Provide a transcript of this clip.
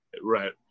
Right